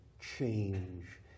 change